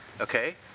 Okay